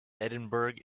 edinburgh